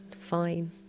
fine